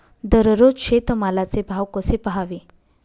दररोज शेतमालाचे भाव कसे पहावे?